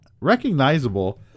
recognizable –